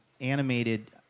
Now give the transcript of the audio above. animated